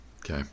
Okay